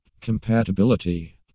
compatibility